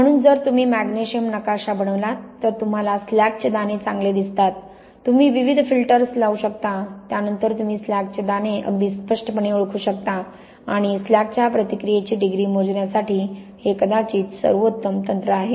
म्हणून जर तुम्ही मॅग्नेशियम नकाशा बनवलात तर तुम्हाला स्लॅगचे दाणे चांगले दिसतात तुम्ही विविध फिल्टर्स लावू शकता त्यानंतर तुम्ही स्लॅगचे दाणे अगदी स्पष्टपणे ओळखू शकता आणि स्लॅगच्या प्रतिक्रियेची डिग्री मोजण्यासाठी हे कदाचित सर्वोत्तम तंत्र आहे